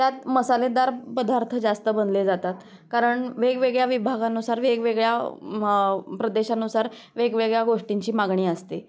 त्यात मसालेदार पदार्थ जास्त बनले जातात कारण वेगवेगळ्या विभागानुसार वेगवेगळ्या म प्रदेशानुसार वेगवेगळ्या गोष्टींची मागणी असते